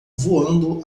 voando